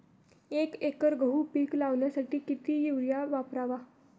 एक एकर गहू पीक लावण्यासाठी किती युरिया वापरावा?